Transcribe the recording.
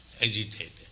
agitated